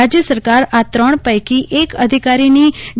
રાજ્યસરકાર આ ત્રણ પૈકી એક અધિકારીની ડી